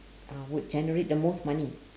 uh would generate the most money